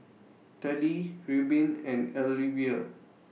Tallie Reubin and Alyvia